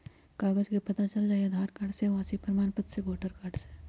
कागज से पता चल जाहई, आधार कार्ड से, आवासीय प्रमाण पत्र से, वोटर कार्ड से?